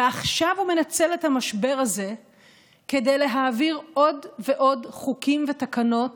ועכשיו הוא מנצל את המשבר הזה כדי להעביר עוד ועוד חוקים ותקנות